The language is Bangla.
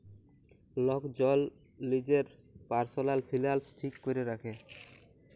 লক জল লিজের পারসলাল ফিলালস ঠিক ক্যরে রাখে